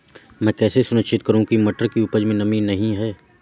मैं कैसे सुनिश्चित करूँ की मटर की उपज में नमी नहीं है?